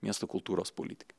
miesto kultūros politikai